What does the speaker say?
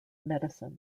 medicine